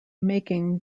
making